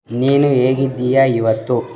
ನೀನು ಹೇಗಿದ್ದೀಯ ಇವತ್ತು